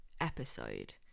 episode